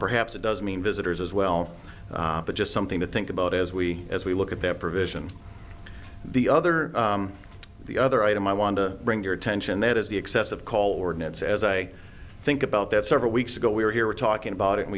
perhaps it does mean visitors as well but just something to think about as we as we look at that provision the other the other item i want to bring your attention that is the excessive call ordinance as i think about that several weeks ago we were here were talking about it and